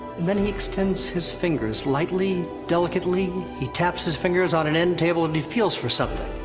then he extends his fingers. lightly, delicately. he taps his fingers on an end table and he feels for something.